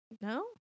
No